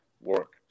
work